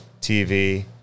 TV